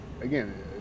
again